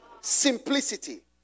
Simplicity